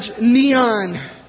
Neon